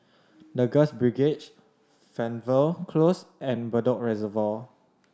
The Girls Brigade Fernvale Close and Bedok Reservoir